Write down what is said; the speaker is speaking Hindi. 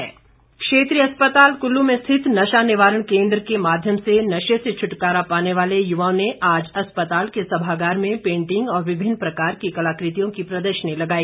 पेंटिंग क्षेत्रीय अस्पताल कुल्लू में स्थित नशा निवारण केन्द्र के माध्यम से नशे से छुटकारा पाने वाले युवाओं ने आज अस्पताल के सभागार में पेंटिंग और विभिन्न प्रकार की कलाकृतियों की प्रदर्शनी लगाई